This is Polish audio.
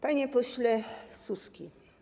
Panie Pośle Suski!